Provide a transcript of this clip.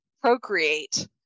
procreate